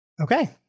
Okay